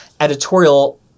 editorial